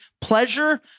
pleasure